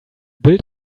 build